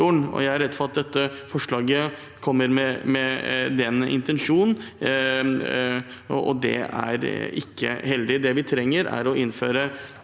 Jeg er redd for at dette forslaget kommer med den intensjonen, og det er ikke heldig. Det vi trenger, er